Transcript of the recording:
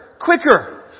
quicker